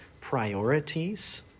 priorities